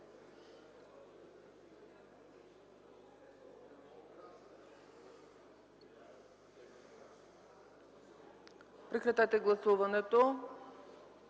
Прекратете гласуването.